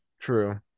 true